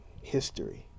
history